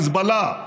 חיזבאללה,